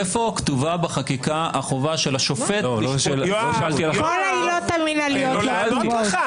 איפה כתובה בחקיקה החובה של השופט --- כל העילות המנהליות לא כתובות.